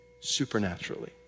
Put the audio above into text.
supernaturally